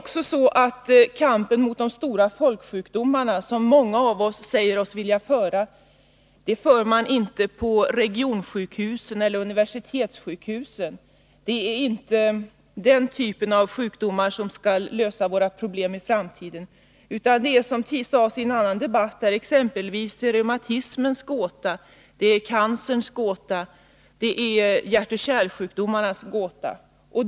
Kampen mot de stora folksjukdomarna, som så många säger sig vilja föra, för man inte på regionsjukhusen eller universitetssjukhusen. Det är inte den typen av insatser som skall lösa våra problem i framtiden. Det är, som sades i en annan debatt här, fråga om att lösa exempelvis reumatismens gåta, cancerns gåta och hjärtoch kärlsjukdomarnas gåta.